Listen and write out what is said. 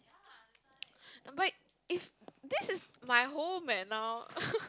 but if~ this is my home eh now